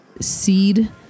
seed